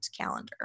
calendar